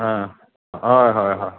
हां hi hi हाय